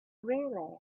really